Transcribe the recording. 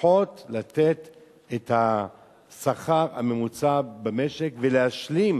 לפחות לתת את השכר הממוצע במשק ולהשלים